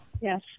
Yes